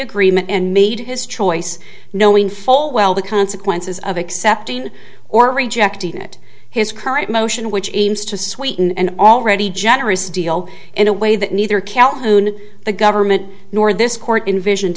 agreement and made his choice knowing full well the consequences of accepting or rejecting it his current motion which aims to sweeten and already generous deal in a way that neither calhoun the government nor this court envisioned